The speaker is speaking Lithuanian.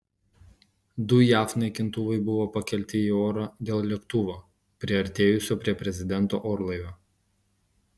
du jav naikintuvai buvo pakelti į orą dėl lėktuvo priartėjusio prie prezidento orlaivio